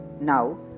Now